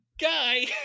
guy